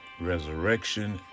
resurrection